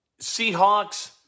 Seahawks